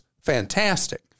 fantastic